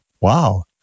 wow